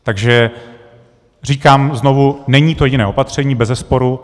Takže říkám znovu není to jediné opatření, bezesporu.